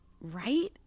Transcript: Right